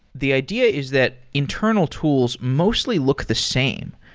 the idea is that internal tools mostly look the same.